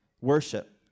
Worship